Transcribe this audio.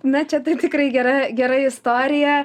na čia taip tikrai gera gera istorija